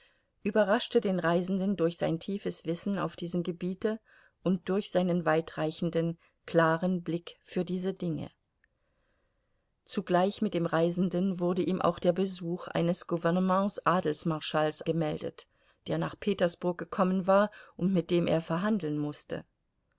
überraschte den reisenden durch sein tiefes wissen auf diesem gebiete und durch seinen weitreichenden klaren blick für diese dinge zugleich mit dem reisenden wurde ihm auch der besuch eines gouvernements adelsmarschalls gemeldet der nach petersburg gekommen war und mit dem er verhandeln mußte